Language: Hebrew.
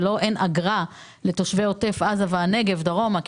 ואין אגרה לתושבי עוטף עזה והנגב דרומה,